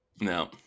No